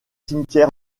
cimetière